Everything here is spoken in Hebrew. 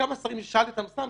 כמה שרים ששאלתי אותם סתם,